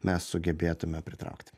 mes sugebėtume pritraukti